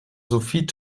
sophie